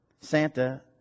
Santa